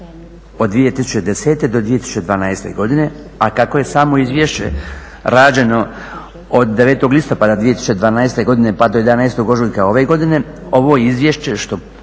od 2010. do 2012. godine, a kako je samo izvješće rađeno od 09. listopada 2012. pa do 11. ožujka ove godine, ovo izvješće, što